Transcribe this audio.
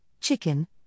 chicken